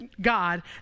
God